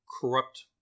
corrupt